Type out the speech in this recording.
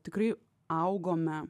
tikrai augome